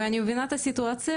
אני מבינה את הסיטואציה,